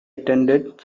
attended